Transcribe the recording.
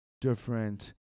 different